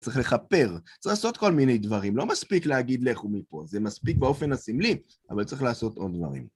צריך לכפר, צריך לעשות כל מיני דברים, לא מספיק להגיד לכו מפה, זה מספיק באופן הסמלי, אבל צריך לעשות עוד דברים.